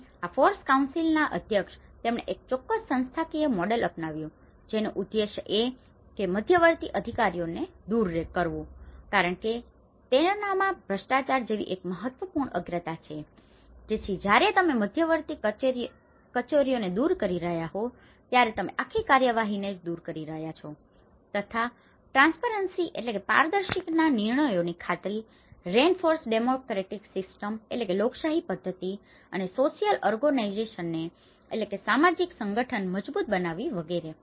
અને આ FOREC કાઉન્સિલના council મંડળી અધ્યક્ષ તેમણે એક ચોક્કસ સંસ્થાકીય મોડેલ અપનાવ્યું જેનું ઉદ્દેશ્ય એ છે કે મધ્યવર્તી અધિકારીઓને દૂર કરવું કારણ કે તેઓનામાં ભ્રષ્ટાચાર જેવી એક મહત્વપૂર્ણ અગ્રતા છે જેથી જ્યારે તમે મધ્યવર્તી કચેરીઓને દૂર કરી રહ્યા હો ત્યારે તમે આખી કાર્યવાહીને જ દૂર કરી રહ્યા છો તથા ટ્રાન્સપરન્સીના transparency પારદર્શિતા નિર્ણયોની ખાતરી reinforce democratic systems reinforce democratic systems લોકશાહી પદ્ધતિઓ અને સોશિયલ ઓર્ગનાઇઝેશનને social organization સામાજિક સંગઠન મજબૂત બનાવવી વિગેરે